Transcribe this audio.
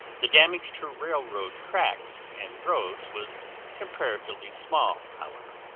the damage to railroad tracks, and roads was comparatively small, however.